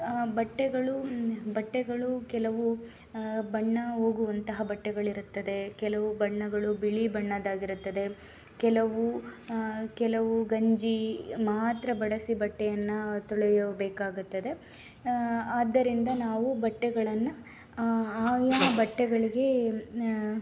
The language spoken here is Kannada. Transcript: ಬಟ್ಟೆಗಳು ಬಟ್ಟೆಗಳು ಕೆಲವು ಬಣ್ಣ ಹೋಗುವಂತಹ ಬಟ್ಟೆಗಳಿರುತ್ತದೆ ಕೆಲವು ಬಣ್ಣಗಳು ಬಿಳಿ ಬಣ್ಣದ್ದಾಗಿರುತ್ತದೆ ಕೆಲವು ಕೆಲವು ಗಂಜಿ ಮಾತ್ರ ಬಳಸಿ ಬಟ್ಟೆಯನ್ನು ತೊಳೆಯಬೇಕಾಗುತ್ತದೆ ಆದ್ದರಿಂದ ನಾವು ಬಟ್ಟೆಗಳನ್ನು ಆಯಾ ಬಟ್ಟೆಗಳಿಗೆ